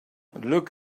look